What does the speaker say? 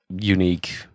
unique